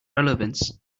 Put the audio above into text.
relevance